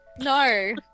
No